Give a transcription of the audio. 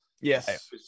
Yes